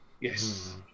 Yes